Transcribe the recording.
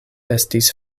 estis